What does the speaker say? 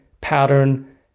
pattern